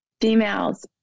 females